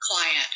client